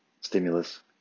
stimulus